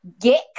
get